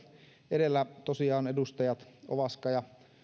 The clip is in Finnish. edellä tosiaan edustajat ovaska ja